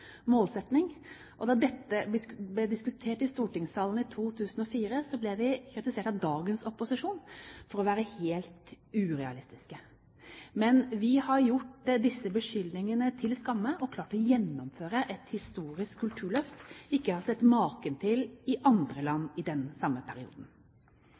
målsetting, og da dette ble diskutert i stortingssalen i 2004, ble vi kritisert av dagens opposisjon for å være helt urealistiske. Men vi har gjort disse beskyldningene til skamme, og klart å gjennomføre et historisk kulturløft som jeg ikke har sett maken til i andre land i den samme perioden.